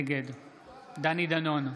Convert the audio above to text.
נגד דני דנון,